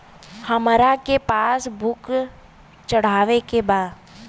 हमरा के पास बुक चढ़ावे के बा?